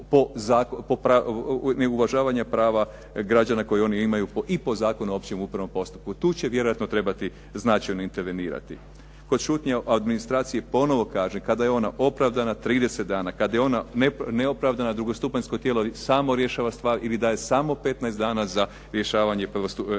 neuvažavanja prava građana koje oni imaju i po Zakonu o općem upravnom postupku. Tu će vjerojatno trebati značajno intervenirati. Kod šutnje administracije ponovo kažem, kada je ona opravdana 30 dana, kad je ona neopravdana drugostupanjsko tijelo samo rješava stvar ili daje samo 15 dana za rješavanje tijelu